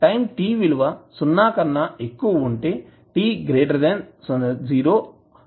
time t విలువ సున్నా కన్నా ఎక్కువ ఉంటే t 0 ఫంక్షన్ విలువ వన్ అవుతుంది